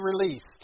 released